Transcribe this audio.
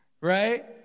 Right